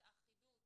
את האחידות